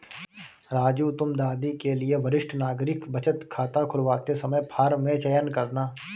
राजू तुम दादी के लिए वरिष्ठ नागरिक बचत खाता खुलवाते समय फॉर्म में चयन करना